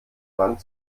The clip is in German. man